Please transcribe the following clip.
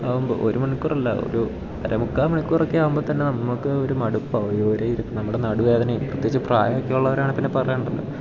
ആകുമ്പോൾ ഒരു മണിക്കൂറല്ല ഒരു അര മുക്കാൽ മണിക്കൂറൊക്കെ ആകുമ്പോൾ തന്നെ നമു ഒരു മടുപ്പാവു ഈ ഒരേ നമ്മുടെ നടുവേദനയും പ്രത്യേകിച്ച് നമുക്ക് പ്രായമൊക്കെ ഉള്ളവരാണ് പിന്നെ പറയണ്ടല്ല